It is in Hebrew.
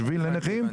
שביל לנכים,